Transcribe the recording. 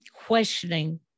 questioning